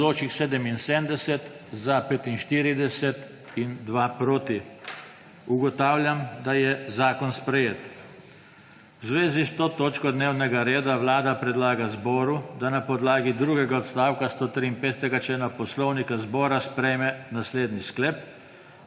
(Za je glasovalo 45.) (Proti 2.) Ugotavljam, da je zakon sprejet. V zvezi s to točko dnevnega reda Vlada predlaga zboru, da na podlagi drugega odstavka 153. člena Poslovnika Državnega zbora sprejme naslednji sklep: